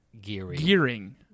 Gearing